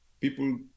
people